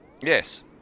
Yes